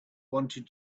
wanted